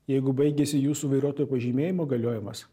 jeigu baigėsi jūsų vairuotojo pažymėjimo galiojimas